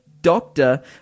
doctor